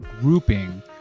grouping